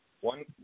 One